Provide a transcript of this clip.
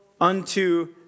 unto